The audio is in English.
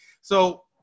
so-